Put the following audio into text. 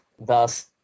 thus